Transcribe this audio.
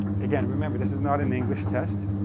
again, remember, this is not an english test,